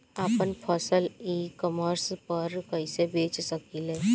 आपन फसल e commerce पर कईसे बेच सकिले?